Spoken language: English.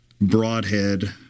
broadhead